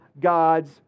God's